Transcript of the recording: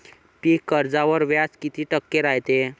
पीक कर्जावर व्याज किती टक्के रायते?